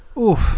oof